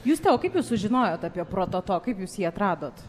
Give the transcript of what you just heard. juste o kaip jūs sužinojot apie prototo kaip jūs jį atradot